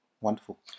Wonderful